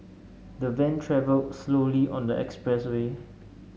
the van travelled slowly on the expressway